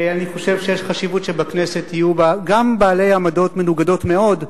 אני חושב שיש חשיבות שבכנסת יהיו גם בעלי עמדות מנוגדות מאוד,